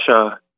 Russia